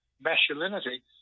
masculinity